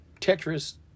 Tetris